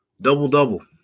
Double-double